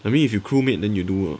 I mean if you crew mate then you do ah